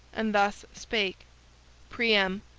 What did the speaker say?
and thus spake priam,